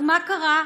רק מה קרה?